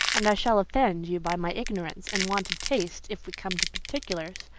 and i shall offend you by my ignorance and want of taste if we come to particulars.